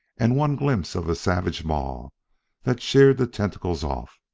and one glimpse of a savage maw that sheared the tentacles off.